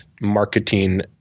marketing